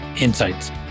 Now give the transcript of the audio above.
insights